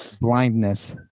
blindness